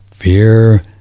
Fear